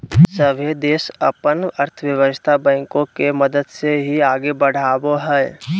सभे देश अपन अर्थव्यवस्था बैंको के मदद से ही आगे बढ़ावो हय